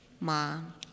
Mom